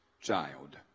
child